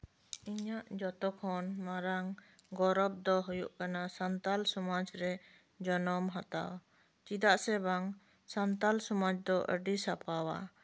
ᱤᱧᱟᱹᱜ ᱡᱚᱛᱚ ᱠᱷᱚᱱ ᱢᱟᱨᱟᱝ ᱜᱚᱨᱚᱵᱽ ᱫᱚ ᱦᱩᱭᱩᱜ ᱠᱟᱱᱟ ᱥᱟᱱᱛᱟᱞ ᱥᱚᱢᱟᱡᱨᱮ ᱡᱚᱱᱚᱢ ᱦᱟᱛᱟᱣ ᱪᱮᱫᱟᱜ ᱥᱮ ᱵᱟᱝ ᱥᱟᱱᱛᱟᱞ ᱥᱚᱢᱟᱡ ᱫᱚ ᱟᱹᱰᱤ ᱥᱟᱯᱷᱟᱣᱟ